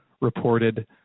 reported